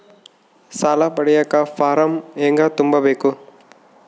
ಸಾಲ ಪಡಿಯಕ ಫಾರಂ ಹೆಂಗ ತುಂಬಬೇಕು?